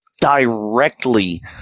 directly